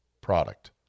product